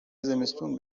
زمستون